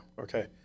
Okay